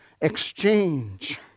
exchange